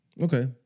Okay